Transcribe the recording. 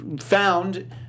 found